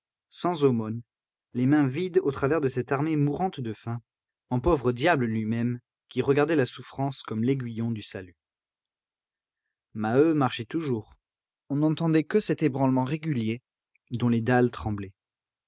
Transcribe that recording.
sans aumônes les mains vides au travers de cette armée mourante de faim en pauvre diable lui-même qui regardait la souffrance comme l'aiguillon du salut maheu marchait toujours on n'entendait que cet ébranlement régulier dont les dalles